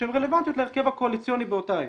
שהן רלוונטיות להרכב הקואליציוני באותה עת.